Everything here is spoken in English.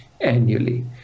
annually